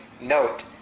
note